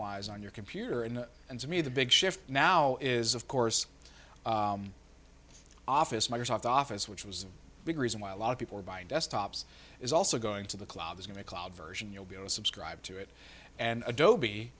wise on your computer and and to me the big shift now is of course office microsoft office which was a big reason why a lot of people are buying desktops is also going to the cloud is going to cloud version you'll be all subscribed to it and